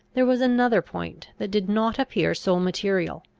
there was another point that did not appear so material,